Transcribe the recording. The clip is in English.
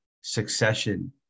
succession